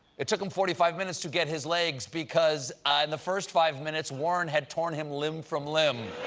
it took him forty five minutes to get his legs because in the first five minutes, warren had torn him limb from limb.